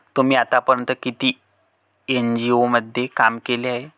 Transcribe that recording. तुम्ही आतापर्यंत किती एन.जी.ओ मध्ये काम केले आहे?